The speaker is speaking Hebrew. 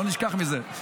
לא נשכח מזה.